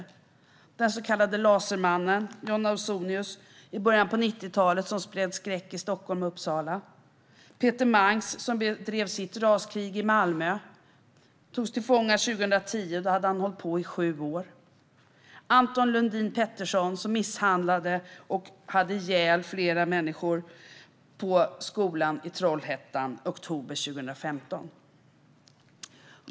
Det handlar om den så kallade lasermannen, John Ausonius, som i början på 90-talet spred skräck i Stockholm och Uppsala och om Peter Mangs, som bedrev sitt raskrig i Malmö. Han togs till fånga 2010 och hade då hållit på i sju år. Anton Lundin Pettersson misshandlade och hade ihjäl flera människor i skolan i Trollhättan i oktober 2015.